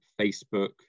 Facebook